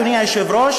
אדוני היושב-ראש,